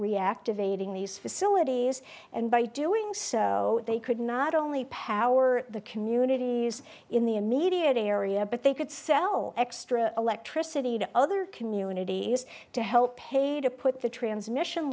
reactivating these facilities and by doing so they could not only power the communities in the immediate area but they could sell extra electricity to other communities to help pay to put the transmission